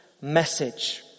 message